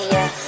Yes